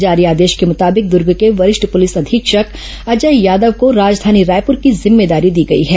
जारी आदेश के मुताबिक दुर्ग के वरिष्ठ पुलिस अधीक्षक अजय यादव को राजधानी रायपुर की जिम्मेदारी दी गई है